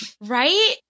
Right